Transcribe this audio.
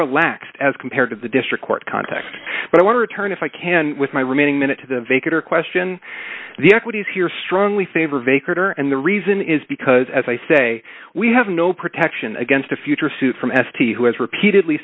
relaxed as compared to the district court context but i want to turn if i can with my remaining minute to the vicar question the equities here strongly favor of a critter and the reason is because as i say we have no protection against a future suit from s t who has repeatedly